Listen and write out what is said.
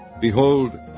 Behold